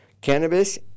Cannabis